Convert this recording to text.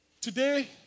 Today